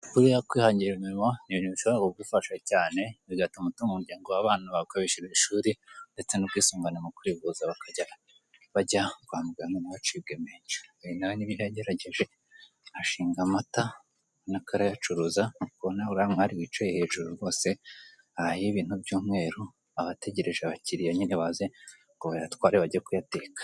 Buriya kwihangira imirimo ni ibintu bishobora kugufasha cyane bigatuma utunga umuryango, abana bawe ukabishyurira ishuri ndetse n'ubwisungane mu kwivuza, bakajya bajya kwa muganga ntucibwe menshi. Uyu nawe n'ibyo yagerageje, acuruza amata, ubona uriya mwari wicaye hejuru rwose ahari ibintu by'umweru, abategereje abakiriya nyine baze ngo bayatware bajye kuyateka.